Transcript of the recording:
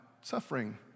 suffering